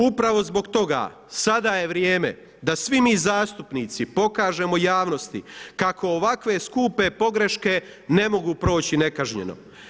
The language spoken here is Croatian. Upravo zbog toga sada je vrijeme da svi mi zastupnici pokažemo javnosti kako ovakve skupe pogreške ne mogu proći nekažnjeno.